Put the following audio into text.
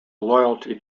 loyalty